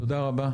תודה רבה.